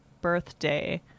birthday